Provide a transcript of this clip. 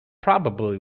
probably